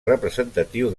representatiu